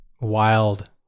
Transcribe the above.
wild